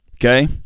Okay